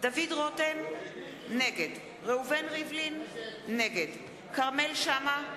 דוד רותם, נגד ראובן ריבלין, נגד כרמל שאמה,